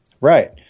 Right